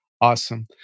Awesome